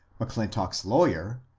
m'clin tock's lawyer,